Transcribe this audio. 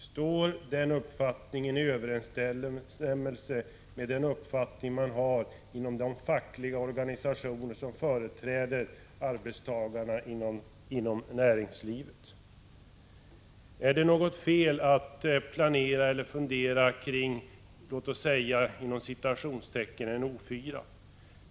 Står den uppfattningen i överensstämmelse med den uppfattning man har inom de fackliga organisationer som företräder arbetstagarna inom näringslivet? Är det något fel att planera eller fundera kring låt oss säga ”en 04”?